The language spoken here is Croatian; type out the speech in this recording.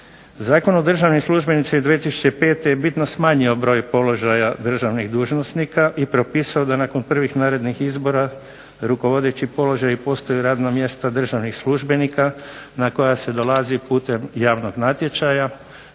Zakon o državnim službenicima iz 2005. je bitno smanjio broj položaja državnih dužnosnika i propisao da nakon prvih narednih izbora rukovodeći položaji postaju radna mjesta državnih službenika na koja se dolazi putem javnog natječaja.